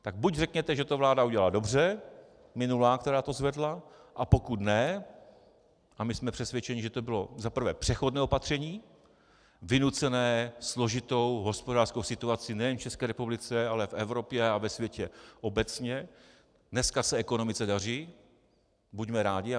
Tak řekněte, že to vláda udělala dobře, minulá, která to zvedla a my jsme přesvědčeni, že to bylo za prvé přechodné opatření, vynucené složitou hospodářskou situací nejen v České republice, ale v Evropě a ve světě obecně, dneska se ekonomice daří, buďme rádi.